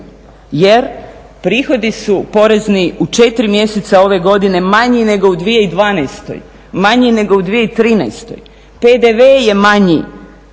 jer prihodi su porezni u 4 mjeseca ove godine manji nego u 2012., manji nego u 2013. PDV je manji.